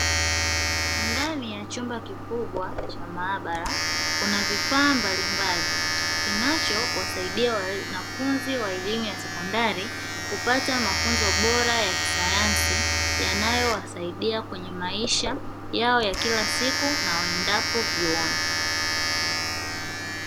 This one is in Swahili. Ndani ya chumba kikubwa cha maabara kuna vifaa mbalimballi, kinachowasaidia wanafunzi wa elimu ya sekondari kupata mafunzo bora ya kisayansi, yanayowasadia kwenye maisha yao ya kila siku na waendapo vyuoni.